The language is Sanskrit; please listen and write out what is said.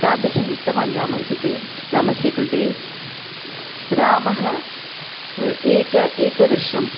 तादृशम् उक्तवान् रामं कृते रामस्य कृते रामः एकम् एकं वर्षम्